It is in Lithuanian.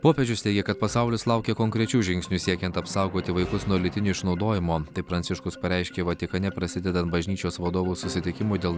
popiežius teigia kad pasaulis laukia konkrečių žingsnių siekiant apsaugoti vaikus nuo lytinio išnaudojimo tai pranciškus pareiškė vatikane prasidedant bažnyčios vadovų susitikimui dėl